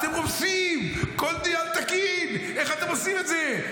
אתם רומסים כל מינהל תקין, איך אתם עושים את זה?